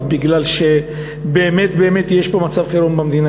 מפני שבאמת באמת יש פה מצב חירום במדינה.